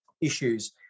issues